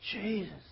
Jesus